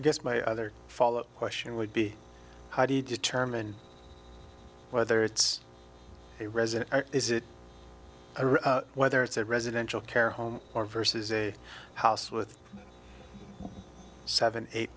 i guess my other follow up question would be how do you determine whether it's a resident whether it's a residential care home or versus a house with seven eight